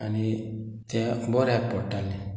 आनी ते बऱ्याक पडटाले